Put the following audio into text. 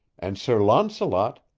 and sir launcelot,